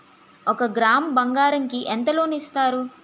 ఒక గ్రాము బంగారం కి ఎంత లోన్ ఇస్తారు?